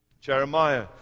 Jeremiah